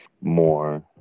more